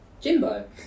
Jimbo